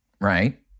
right